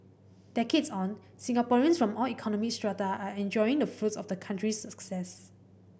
decades on Singaporeans from all economic strata are enjoying the fruits of the country's success